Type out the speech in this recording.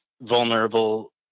vulnerable